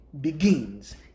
begins